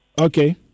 Okay